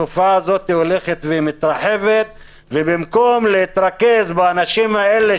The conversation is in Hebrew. התופעה הזאת הולכת ומתרחבת ובמקום להתרכז באנשים האלה,